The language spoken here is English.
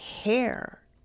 hair